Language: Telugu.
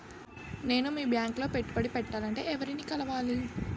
నేను మీ బ్యాంక్ లో పెట్టుబడి పెట్టాలంటే ఎవరిని కలవాలి?